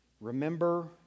Remember